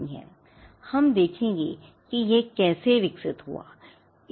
अब हम देखेंगे कि यह कैसे विकसित हुआ है